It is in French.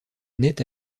naît